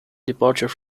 departure